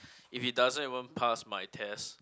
if it doesn't even pass my test